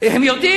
הם יודעים.